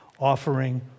offering